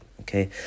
Okay